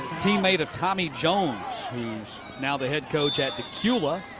teammate of tommy jones who is now the head coach at dacula